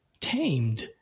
tamed